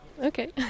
okay